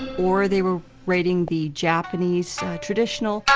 or they were rating the japanese traditional